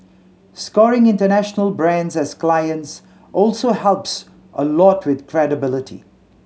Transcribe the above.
scoring international brands as clients also helps a lot with credibility